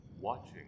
watching